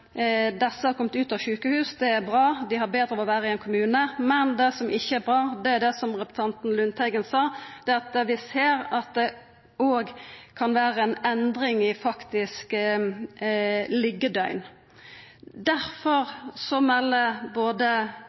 desse har kome ut av sjukehus. Det er bra, dei har betre av å vera i ein kommune. Men det som ikkje er bra, er det som representanten Lundteigen sa, at vi ser at det òg kan vera ei endring i faktiske liggjedøgn. Derfor melder både